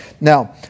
Now